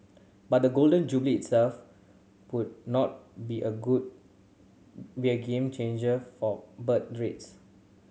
but the Golden Jubilee itself would not be a good be a game changer for birth rates